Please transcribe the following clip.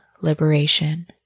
liberation